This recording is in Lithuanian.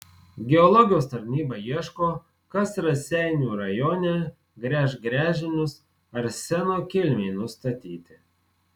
geologijos tarnyba ieško kas raseinių rajone gręš gręžinius arseno kilmei nustatyti